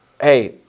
hey